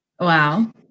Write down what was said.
Wow